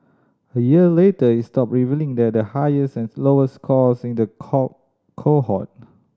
a year later it stopped revealing that the highest and lowest scores in the core cohort